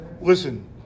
listen